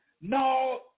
no